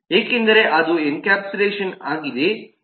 ಏಕೆಂದರೆ ಅದು ಎನ್ಕ್ಯಾಪ್ಸುಲೇಟೆಡ್ಆಗಿದೆ